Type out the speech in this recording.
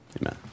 Amen